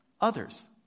others